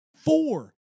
Four